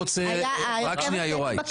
רק שנייה, יוראי.